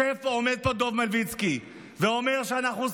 עומד פה דב מלביצקי ואומר שאנחנו שונאים,